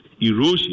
erosion